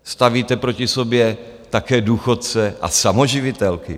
Stavíte proti sobě také důchodce a samoživitelky.